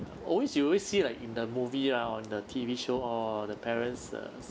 always you always see like in the movie ah on the T_V show or the parents uh